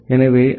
எனவே ஐ